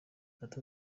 data